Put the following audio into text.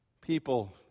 People